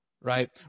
Right